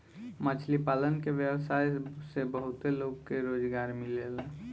मछली पालन के व्यवसाय से बहुत लोग के रोजगार मिलेला